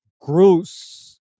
gross